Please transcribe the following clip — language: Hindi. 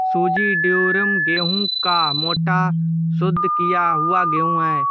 सूजी ड्यूरम गेहूं का मोटा, शुद्ध किया हुआ गेहूं है